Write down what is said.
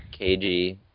kg